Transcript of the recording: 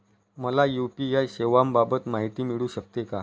मला यू.पी.आय सेवांबाबत माहिती मिळू शकते का?